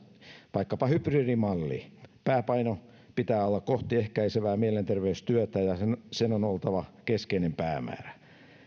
vaikkapa hybridimalli pääpainon pitää olla kohti ehkäisevää mielenterveystyötä ja sen on oltava keskeinen päämäärä